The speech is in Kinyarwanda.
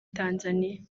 tanzania